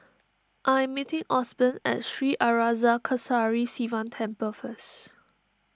I am meeting Osborne at Sri Arasakesari Sivan Temple first